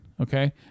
okay